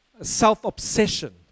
self-obsession